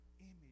image